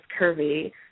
curvy